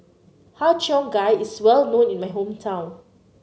Har Cheong Gai is well known in my hometown